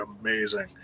amazing